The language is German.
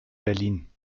berlin